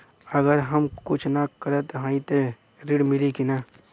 हम अगर कुछ न करत हई त ऋण मिली कि ना?